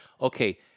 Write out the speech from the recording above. Okay